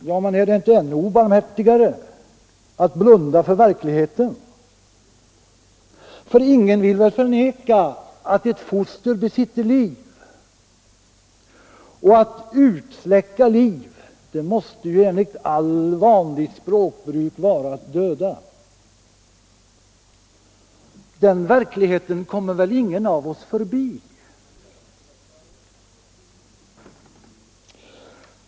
Ja, men är det inte ännu mer obarmhärtigt att blunda för verkligheten? För ingen vill väl förneka att ett foster besitter liv, och att utsläcka liv måste ju enligt vanligt språkbruk vara att döda. Den verkligheten kommer ingen av oss förbi.